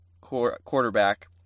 quarterback